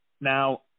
now